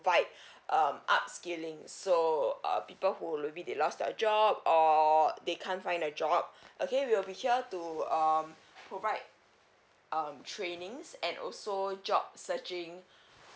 provide um upskilling so uh people who maybe they lost their job or they can't find a job okay we'll be here to um provide um trainings and also job searching